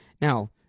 Now